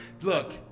Look